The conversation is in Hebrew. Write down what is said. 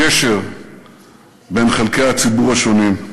גשר בין חלקי הציבור השונים.